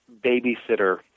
babysitter